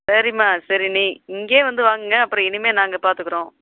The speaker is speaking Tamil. சரிம்மா சரி நீ இங்கேயே வந்து வாங்குங்கள் அப்புறம் இனிமேல் நாங்கள் பாத்துக்கிறோம்